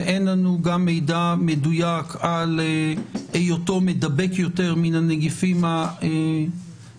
ואין לנו גם מידע מדויק על היותו מדבק יותר מן הנגיפים הקודמים,